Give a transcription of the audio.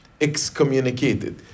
excommunicated